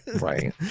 Right